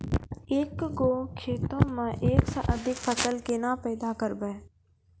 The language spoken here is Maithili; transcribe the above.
एक गो खेतो मे एक से अधिक फसल केना पैदा करबै?